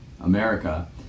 America